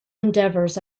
endeavors